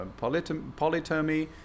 polytomy